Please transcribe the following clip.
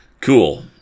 cool